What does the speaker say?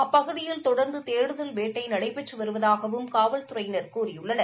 அப்பகுதியில் தொடர்ந்து தேடுதல் வேட்டை நடைபெற்று வருவதாகவும் காவல்துறையினர் கூறியுள்ளனர்